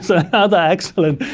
so another excellent,